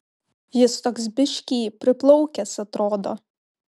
jis toks biškį priplaukęs atrodo